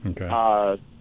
Okay